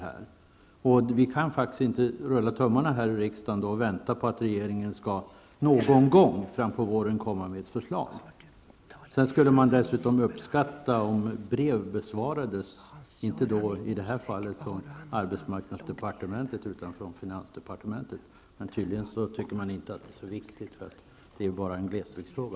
Vi här i riksdagen kan då faktiskt inte sitta och rulla tummarna och vänta på att regeringen någon gång fram på våren skall komma med ett förslag. Dessutom vill jag säga att man skulle uppskatta om brev besvarades, inte av arbetsmarknadsdepartementet i det här fallet utan av finansdepartementet. Men tydligen tycker man där inte att det är så viktigt, eftersom det bara gäller en glesbygdsfråga.